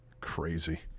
crazy